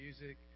music